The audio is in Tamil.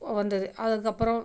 வந்தது அதுக்கப்புறம்